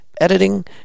editing